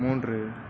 மூன்று